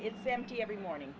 it's empty every morning